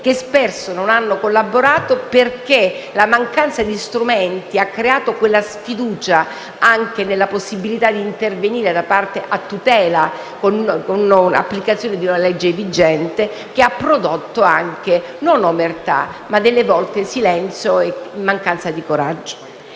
che spesso non hanno collaborato perché la mancanza di strumenti ha creato quella sfiducia anche nella possibilità di intervenire a tutela e con applicazione di una legge vigente che ha prodotto non omertà, ma talvolta silenzio e mancanza di coraggio.